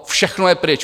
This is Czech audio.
Všechno je pryč.